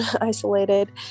isolated